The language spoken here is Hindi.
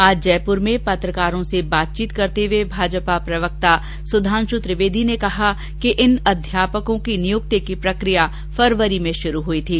आज जयपूर में पत्रकारों से बातचीत करते हुए भाजपा के प्रवक्ता सुधांश त्रिवेदी ने कहा कि इन अध्यापकों की नियुक्ति की प्रकिया फरवरी में शुरू हुई थी